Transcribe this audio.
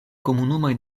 komunumoj